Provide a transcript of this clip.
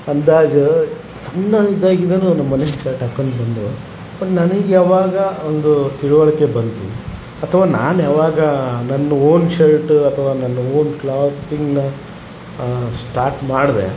ಅಂದಾಜು ಸಣ್ಣವನಿದ್ದಾಗಿಂದ ನಮ್ಮ ಮನೇಲಿ ಶರ್ಟ್ ಹಾಕೊಂಡು ಬಂದವ ನನಗೆ ಯಾವಾಗ ಒಂದು ತಿಳುವಳಿಕೆ ಬಂತು ಅಥವಾ ನಾನು ಯಾವಾಗ ನನ್ನ ಓನ್ ಶರ್ಟ್ ಅಥವಾ ನನ್ನ ಓನ್ ಕ್ಲಾತಿಂಗ್ನ ಸ್ಟಾರ್ಟ್ ಮಾಡಿದೆ